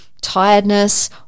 tiredness